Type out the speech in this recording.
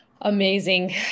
Amazing